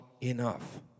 enough